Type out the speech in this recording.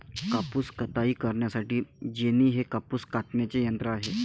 कापूस कताई करण्यासाठी जेनी हे कापूस कातण्याचे यंत्र आहे